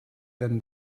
than